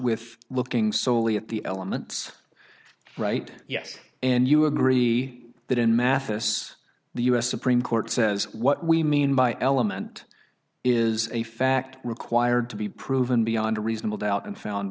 with looking solely at the elements right yes and you agree that in math us the us supreme court says what we mean by element is a fact required to be proven beyond a reasonable doubt and found